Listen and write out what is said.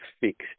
fixed